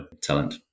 talent